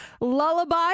Lullaby